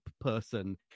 person